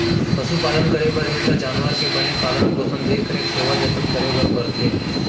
पसु पालन करे बर हे त जानवर के बने पालन पोसन, देख रेख, सेवा जनत करे बर परथे